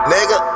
Nigga